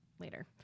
later